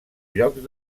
llocs